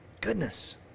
Goodness